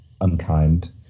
unkind